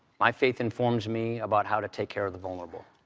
my faith informs me about how to take care of the vulnerable,